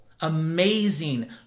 amazing